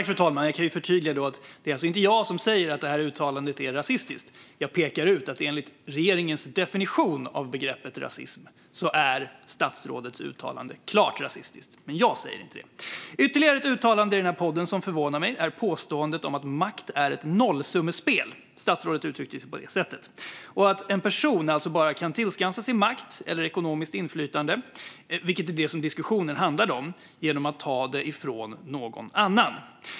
Fru talman! Jag kan förtydliga att det alltså inte är jag som säger att det här uttalandet är rasistiskt; jag pekar ut att enligt regeringens egen definition av begreppet "rasism" är statsrådets uttalande klart rasistiskt. Det är inte jag som säger det. Ytterligare ett uttalande som förvånar mig i den här podden är påståendet om att makt är ett nollsummespel - statsrådet uttryckte sig på det sättet - och att en person alltså bara kan tillskansa sig makt eller ekonomiskt inflytande, vilket var vad diskussionen handlade om, genom att ta det från någon annan.